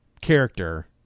character